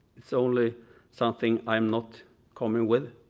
it's only something i'm not common with.